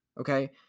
Okay